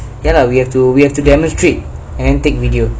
ya lah we have to we have to demonstrate and then take video